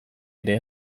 ere